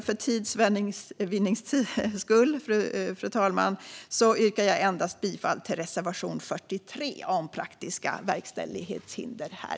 För tids vinnande yrkar jag här i dag bifall till endast reservation 43 om praktiska verkställighetshinder.